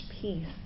peace